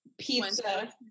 pizza